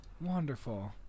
Wonderful